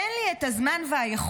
אין לי את הזמן והיכולת,